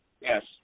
Yes